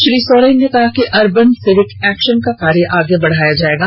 श्री सोरेन ने कहा कि अर्बन सिविक एक्शन का कार्य आगे बढ़ाया जायेगा